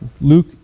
Luke